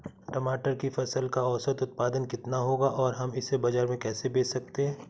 टमाटर की फसल का औसत उत्पादन कितना होगा और हम इसे बाजार में कैसे बेच सकते हैं?